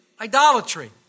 idolatry